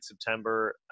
september